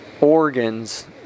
organs